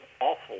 awful